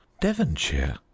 Devonshire